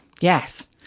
Yes